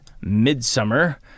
Midsummer